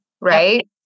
Right